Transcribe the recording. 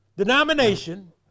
denomination